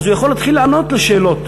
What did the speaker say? אז הוא יכול להתחיל לענות לשאלות.